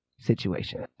situation